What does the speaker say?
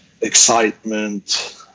excitement